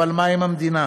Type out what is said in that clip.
אבל מה עם המדינה?